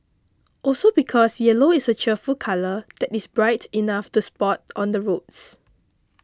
also because yellow is a cheerful colour that is bright enough to spot on the roads